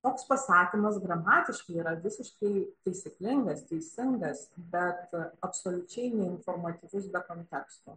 toks pasakymas gramatiškai yra visiškai taisyklingas teisingas bet absoliučiai neinformatyvus be konteksto